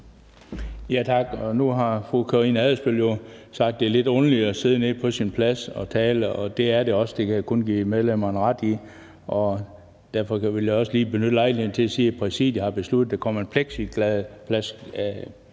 Tak. Nu har fru Karina Adsbøl sagt, at det er lidt underligt at stå nede på sin plads og tale, og det er det også – det kan jeg kun give medlemmerne ret i. Derfor vil jeg også lige benytte lejligheden til at sige, at Præsidiet har besluttet, at der kommer en plexiglasplade